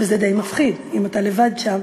וזה די מפחיד אם אתה לבד שם